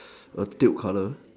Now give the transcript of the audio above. a tube colour